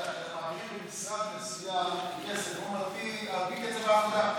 אתם מעבירים למשרד מסוים כסף על פי קצב העבודה.